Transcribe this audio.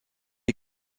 est